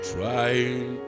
Trying